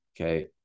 okay